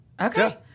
Okay